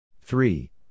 Three